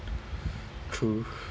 true